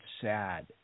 sad